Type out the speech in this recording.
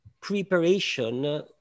preparation